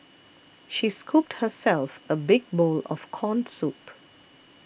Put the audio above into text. she scooped herself a big bowl of Corn Soup